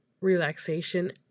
relaxation